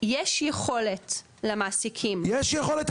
יש יכולת למעסיקים --- יש יכולת ,